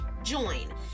join